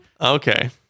Okay